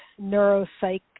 neuropsych